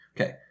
Okay